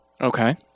Okay